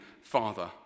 father